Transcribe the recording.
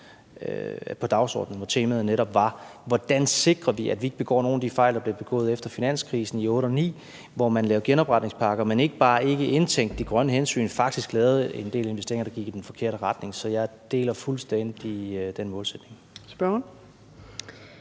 på dagsordenen, og hvor temaet netop var, hvordan vi sikrer, at vi ikke begår nogen af de fejl, der blev begået efter finanskrisen i 2008 og 2009, hvor man lavede genopretningspakker og ikke bare ikke indtænkte de grønne hensyn, men faktisk lavede en del investeringer, der gik i den forkerte retning. Så jeg deler fuldstændig den målsætning. Kl.